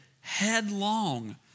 headlong